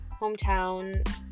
hometown